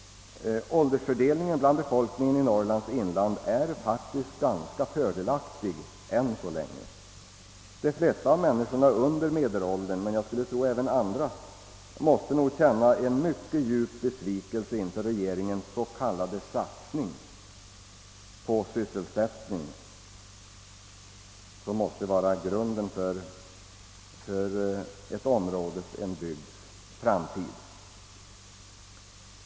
Åldersfördelningen bland befolkningen i Norrlands inland är faktiskt ganska fördelaktig än så länge. De flesta av människorna under medelåldern men, skulle jag tro, även andra måste känna en mycket djup besvikelse över regeringens s.k. satsning på sysselsättningen, som måste vara grunden för en bygds framtid.